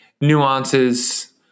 nuances